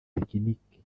tekiniki